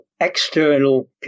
external